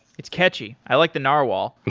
it's catchy. i like the narrow wall. and